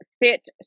fit